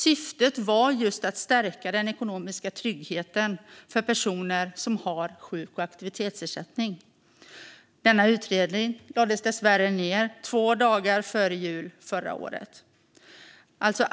Syftet var just att stärka den ekonomiska tryggheten för personer som har sjuk och aktivitetsersättning. Denna utredning lades dessvärre ned två dagar före jul förra året.